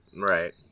Right